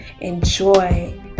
enjoy